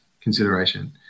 consideration